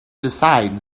decide